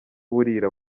burira